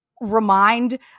remind